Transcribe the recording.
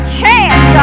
chance